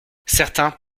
certains